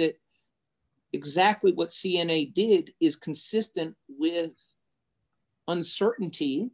that exactly what c n a did is consistent with uncertainty